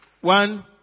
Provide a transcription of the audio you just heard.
One